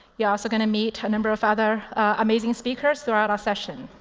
you are also going to meet a number of other amazing speakers throughout our session.